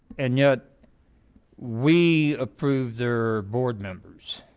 and yet we approved their board members